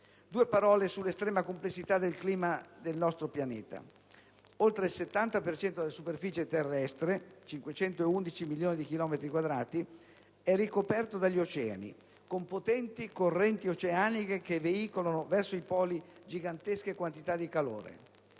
Due parole sull'estrema complessità del clima sul nostro pianeta. Oltre il 70 per cento della superficie terrestre (511 milioni di chilometri quadrati) è ricoperto dagli oceani, con potenti correnti oceaniche che veicolano verso i poli gigantesche quantità di calore.